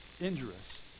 Injurious